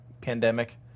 pandemic